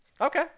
Okay